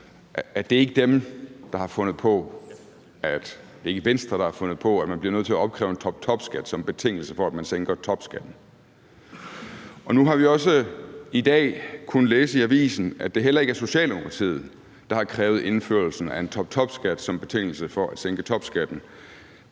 at det ikke er Venstre, der har fundet på, at man bliver nødt til at opkræve en toptopskat som betingelse for, at man sænker topskatten, og nu har vi også i dag kunnet læse i avisen, at det heller ikke er Socialdemokratiet, der har krævet indførelse af en toptopskat som betingelse for at sænke topskatten.